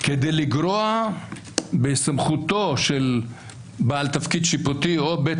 כדי לגרוע מסמכותו של בעל תפקיד שיפוטי או בית